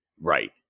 Right